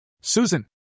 Susan